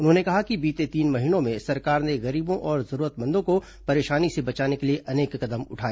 उन्होंने कहा कि बीते तीन महीनों में सरकार ने गरीबों और जरूरतमंदों को परेशानी से बचाने के लिए अनेक कदम उठाए